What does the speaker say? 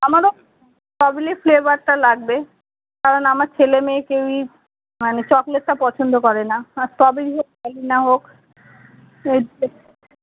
আমার ওই স্ট্রবেরি ফ্লেবারটা লাগবে কারণ আমার ছেলে মেয়ে কেউই মানে চকলেটটা পছন্দ করে না আর স্ট্রবেরি হোক ভ্যানিলা হোক সে